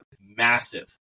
Massive